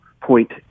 point